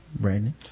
Brandon